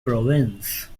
province